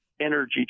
energy